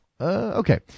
Okay